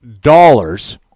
dollars